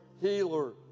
healer